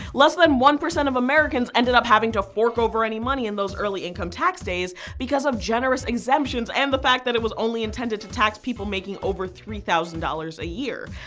less than one percent of americans ended up having to fork over any money in those early income tax days because of generous exemptions and the fact that it was only intended to tax people making over three thousand dollars a year.